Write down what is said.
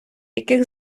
яких